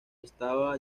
estaba